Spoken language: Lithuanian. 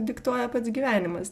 diktuoja pats gyvenimas